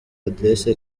adresse